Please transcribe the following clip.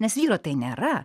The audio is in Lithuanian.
nes vyro tai nėra